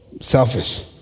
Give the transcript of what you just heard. selfish